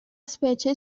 specie